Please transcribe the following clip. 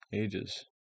ages